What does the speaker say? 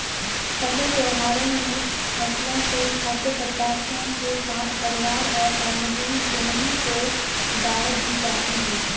फसल त्योहारों में फसलों से खाद्य पदार्थों के साथ परिवार और सार्वजनिक दोनों को दावत दी जाती है